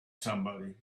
somebody